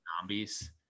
zombies